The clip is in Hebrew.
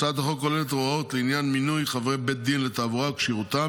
הצעת החוק כוללת הוראות לעניין מינוי חברי בית דין לתעבורה וכשירותם.